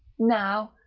now,